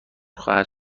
خواهد